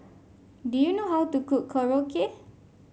do you know how to cook Korokke